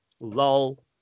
Lol